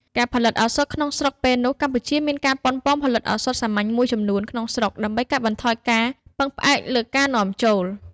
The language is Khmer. ការផលិតឱសថក្នុងស្រុកដែលពេលនោះកម្ពុជាមានការប៉ុនប៉ងផលិតឱសថសាមញ្ញមួយចំនួនក្នុងស្រុក ដើម្បីកាត់បន្ថយការពឹងផ្អែកលើការនាំចូល។